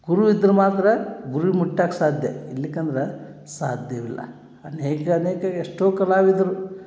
ಗುರು ಇದ್ರೆ ಮಾತ್ರ ಗುರಿ ಮುಟ್ಟಾಕೆ ಸಾಧ್ಯ ಇರ್ಲಿಕಂದ್ರೆ ಸಾಧ್ಯವಿಲ್ಲ ಅನೇಕ ಅನೇಕ ಎಷ್ಟೋ ಕಲಾವಿದರು